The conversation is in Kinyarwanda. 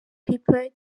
pepper